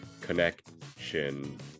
connection